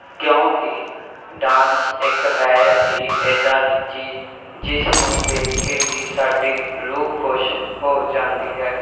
ਕਿਉਂਕਿ ਡਾਂਸ ਇੱਕ ਹੈ ਹੀ ਇੱਦਾਂ ਦੀ ਚੀਜ਼ ਜਿਸ ਨੂੰ ਦੇਖ ਕੇ ਹੀ ਸਾਡੀ ਰੂਹ ਖੁਸ਼ ਹੋ ਜਾਂਦੀ ਹੈ